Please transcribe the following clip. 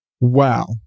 Wow